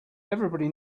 everybody